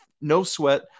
no-sweat